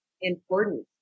important